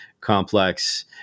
complex